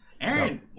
Aaron